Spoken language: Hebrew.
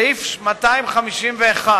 סעיף 251